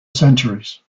centuries